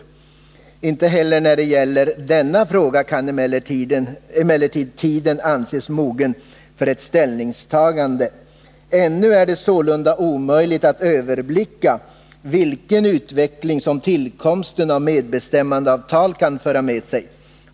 Inte heller när det gäller denna fråga kan emellertid tiden anses mogen för ett ställningstagande. Ännu är det sålunda omöjligt att överblicka vilken utveckling som tillkomsten av medbestämmandeavtal kan föra med sig.